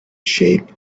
shape